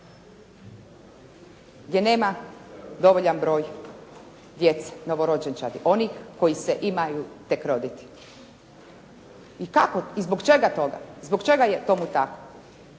gdje nema dovoljan broj djece, novorođenčadi, onih koji se imaju tek roditi. I kako i zbog čega je tomu tako?